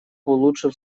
улучшил